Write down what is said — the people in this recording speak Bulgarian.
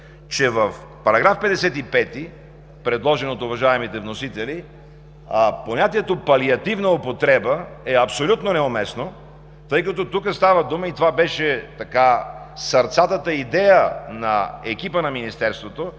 че в § 55, предложен от уважаемите вносители, понятието „палиативна употреба“ е абсолютно неуместно, тъй като тук става дума и това беше сърцатата идея на екипа на Министерството